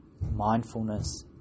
mindfulness